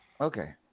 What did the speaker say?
Okay